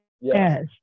Yes